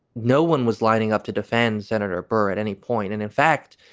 no one was lining up to defend senator burr at any point, and in fact,